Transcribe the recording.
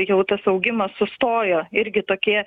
jau tas augimas sustojo irgi tokie